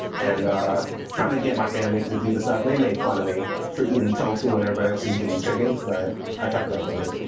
and ah, i'm trying to get my family to do this stuff. they made fun of me for eating tofu when everybody else was eating chicken, but i kept up with it.